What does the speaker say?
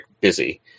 busy